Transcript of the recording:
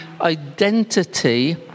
identity